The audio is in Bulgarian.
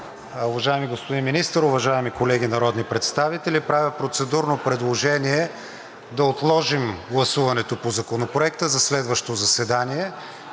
уважаеми господин Министър, уважаеми колеги народни представители! Правя процедурно предложение да отложим гласуването по Законопроекта за следващо заседание.